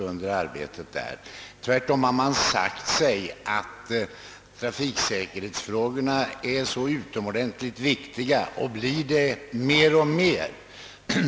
Man har tvärtom sagt sig att trafiksäkerhetsfrågorna är utomordentligt viktiga och blir det mer och mer.